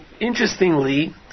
interestingly